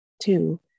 Two